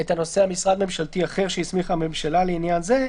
את הנושא: "למשרד ממשלתי אחר שהסמיכה הממשלה לעניין זה".